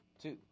two